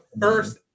first